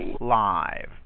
live